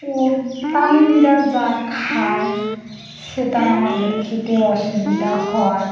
ও তামিলিরা যা খায় সেটা আমাদের খেতে অসুবিধা হয়